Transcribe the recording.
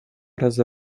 раза